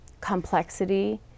complexity